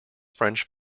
french